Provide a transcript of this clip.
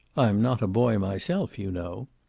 i am not a boy myself, you know.